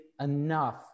enough